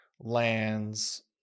lands